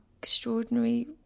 extraordinary